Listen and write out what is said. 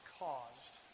caused